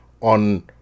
on